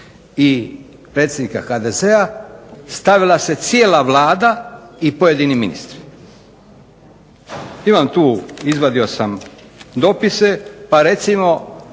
i predsjednika HDZ-a stavila se cijela Vlada i pojedini ministri. Imam tu, izvadio sam dopise, pa recimo